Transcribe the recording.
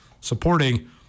supporting